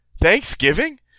Thanksgiving